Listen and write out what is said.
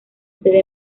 sede